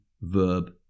verb